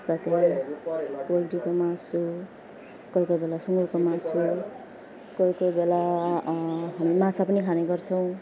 सेकुवा पोल्ट्रीको मासु कोही कोही बेला सुँगुरको मासु कोही कोही बेला माछा पनि खाने गर्छौँ